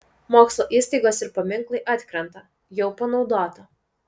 mokslo įstaigos ir paminklai atkrenta jau panaudota